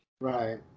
Right